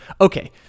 okay